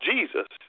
Jesus